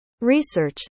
research